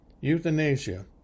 euthanasia